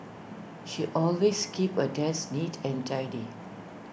she always keeps her desk neat and tidy